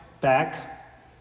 back